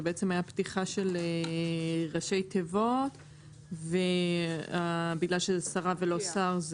זה בעצם פתיחה של ראשי תיבות ובגלל שזאת שרה ולא שר,